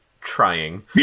trying